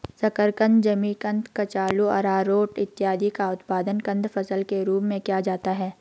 शकरकंद, जिमीकंद, कचालू, आरारोट इत्यादि का उत्पादन कंद फसल के रूप में किया जाता है